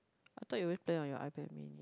I thought you always play on your iPad mini